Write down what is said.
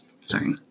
sorry